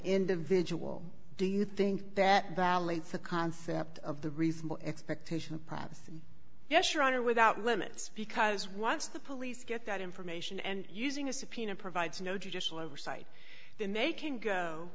individual do you think that validates the concept of the reasonable expectation of privacy yes your honor without limits because once the police get that information and using a subpoena provides no judicial oversight then they can go